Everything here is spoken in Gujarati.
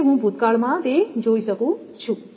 તેથી હું ભૂતકાળમાં તે જોઇ શકું છું